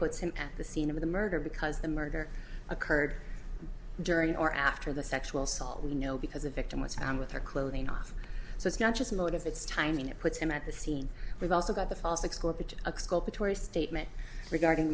puts him at the scene of the murder because the murder occurred during or after the sexual assault you know because the victim was found with her clothing off so it's not just motive it's timing it puts him at the scene we've also got the false explore pitch exculpatory statement regarding